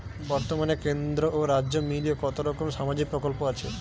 বতর্মানে কেন্দ্র ও রাজ্য মিলিয়ে কতরকম সামাজিক প্রকল্প আছে?